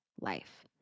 life